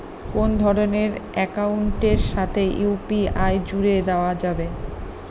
কোন ধরণের অ্যাকাউন্টের সাথে ইউ.পি.আই জুড়ে দেওয়া যাবে?